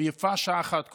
ויפה שעה אחת קודם.